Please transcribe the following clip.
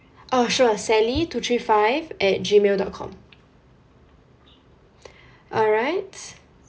oh sure sally two three five at gmail dot com alright